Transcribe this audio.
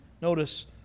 Notice